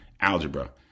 algebra